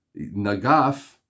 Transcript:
Nagaf